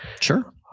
sure